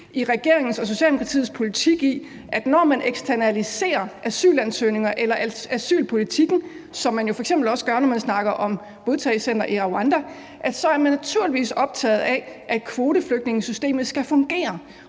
i regeringens og Socialdemokratiets politik ved, at når man eksternaliserer asylansøgninger eller asylpolitikken, som man f.eks. også gør, når man snakker om et modtagecenter i Rwanda, er man naturligvis optaget af, at kvoteflygtningesystemet skal fungere.